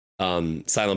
Silent